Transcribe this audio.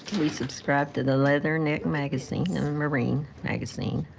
we subscribe to the leatherneck magazine, and the marine magazine.